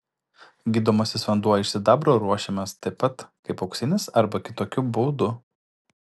gydomasis vanduo iš sidabro ruošiamas taip pat kaip auksinis arba kitokiu būdu